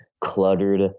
cluttered